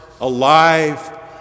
alive